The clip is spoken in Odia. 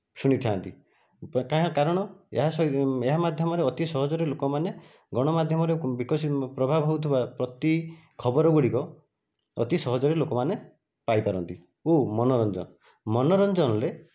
ଶୁଣିଥାନ୍ତି ତାହା କାରଣ ଏହା ମାଧ୍ୟମରେ ଅତି ସହଜରେ ଲୋକମାନେ ଗଣ ମାଧ୍ୟମର ବିକଶିତ ପ୍ରଭାବ ହୋଉଥିବା ପ୍ରତି ଖବର ଗୁଡ଼ିକ ଅତି ସହଜରେ ଲୋକମାନେ ପାଇପାରନ୍ତି ଓ ମନୋରଞ୍ଜନ ମନୋରଞ୍ଜନରେ